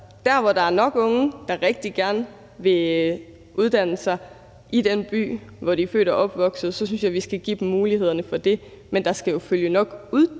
Der, hvor der er nok unge, der rigtig gerne vil uddanne sig i den by, hvor de er født og opvokset, synes jeg, vi skal give dem mulighederne for det. Men der skal jo følge nok